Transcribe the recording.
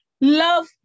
Love